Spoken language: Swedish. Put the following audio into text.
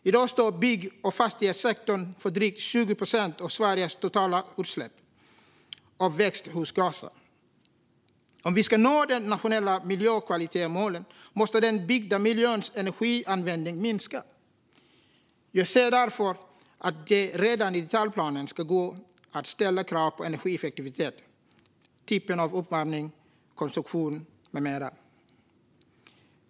I dag står bygg och fastighetssektorn för drygt 20 procent av Sveriges totala utsläpp av växthusgaser. Om vi ska nå de nationella miljökvalitetsmålen måste den byggda miljöns energianvändning minska. Jag anser därför att det redan i detaljplanen ska gå att ställa krav på energieffektivitet, typ av uppvärmning, konstruktion med mera.